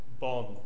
bond